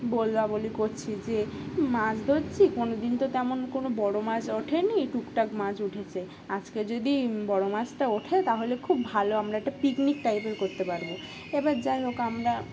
বলা বলি করছি যে মাছ ধরছি কোনো দিন তো তেমন কোনো বড়ো মাছ ওঠেনি টুকটাক মাছ উঠেছে আজকে যদি বড়ো মাছটা ওঠে তাহলে খুব ভালো আমরা একটা পিকনিক টাইপের করতে পারবো এবার যাই হোক আমরা